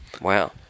Wow